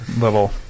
little